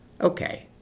Okay